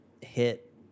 hit